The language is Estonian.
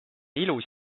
ilus